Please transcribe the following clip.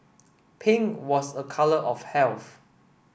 pink was a colour of health